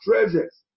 treasures